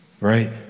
Right